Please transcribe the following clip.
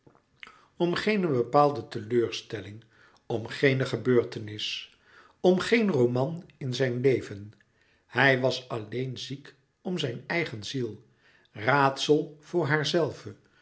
om geene bepaalde teleurstelling om geene gebeurtenis om geen roman in zijn leven hij was alleen ziek om zijn eigen ziel raadsel voor